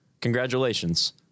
Congratulations